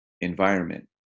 environment